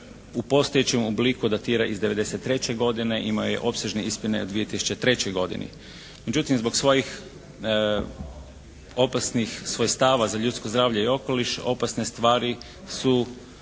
u postojećem obliku datira iz 1993. godine. Imao je opsežne izmjene u 2003. godini. Međutim zbog svojih opasnih, svojih stavova za ljudsko zdravlje i okoliš opasne stvari su